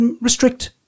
restrict